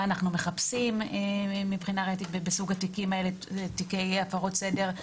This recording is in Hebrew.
מה אנחנו מחפשים בסוג התיקים האלה של הפרות סדר,